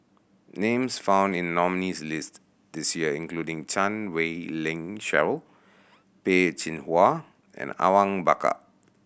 names found in nominees' list this year including Chan Wei Ling Cheryl Peh Chin Hua and Awang Bakar